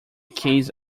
case